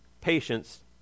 patience